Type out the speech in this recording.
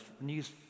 news